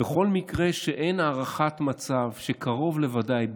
בכל מקרה שאין הערכת מצב שקרוב לוודאי,